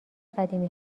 قدیمی